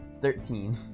Thirteen